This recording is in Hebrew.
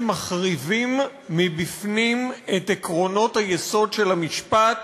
מחריבים מבפנים את עקרונות היסוד של המשפט